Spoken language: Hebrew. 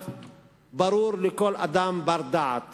ברור לכל אדם בר דעת